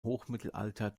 hochmittelalter